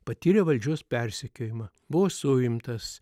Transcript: patyrė valdžios persekiojimą buvo suimtas